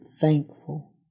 thankful